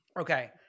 okay